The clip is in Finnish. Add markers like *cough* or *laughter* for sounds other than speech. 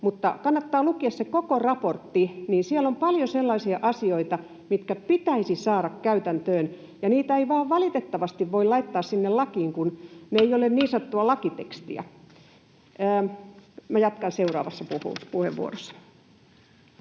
mutta kannattaa lukea se koko raportti. Siellä on paljon sellaisia asioita, mitkä pitäisi saada käytäntöön, ja niitä ei vain valitettavasti voi laittaa sinne lakiin, *noise* kun ne eivät ole niin sanottua lakitekstiä. — Minä jatkan seuraavassa puheenvuorossa.